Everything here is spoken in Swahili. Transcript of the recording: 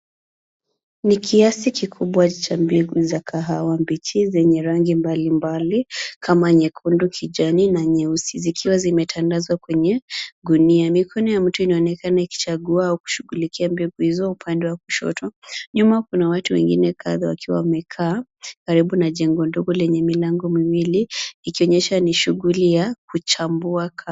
Ni kiasi kikubwa cha mbegu za kahawa mbichi zenye rangi mbalimbali kama nyekundu, kijani na nyeusi zikiwa zikiwa zimetandazwa kwenye gunia. Mikono ya mtu inaonekana ikichagua au kushughulikia mbegu hizo upande wa kushoto. Nyuma kuna watu wengine kadhaa wakiwa wamekaa karibu na jengo ndogo lenye milango miwili ikionyesha ni shughuli ya kuchambua kahawa.